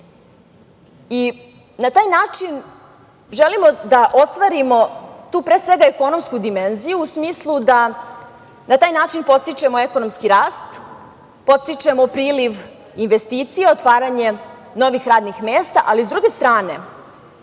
ima. Na taj način želimo da ostvarimo tu, pre svega, ekonomsku dimenziju, u smislu da na taj način podstičemo ekonomski rast, podstičemo priliv investicija, otvaranje novih radnih mesta, ali sa druge strane